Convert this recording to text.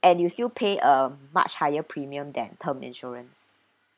and you still pay a much higher premium that term insurance